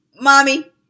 Mommy